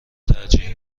ترجیح